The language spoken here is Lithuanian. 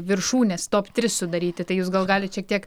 viršūnes top tris sudaryti tai jūs gal galit šiek tiek